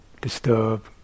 disturb